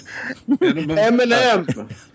Eminem